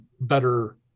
better